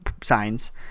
signs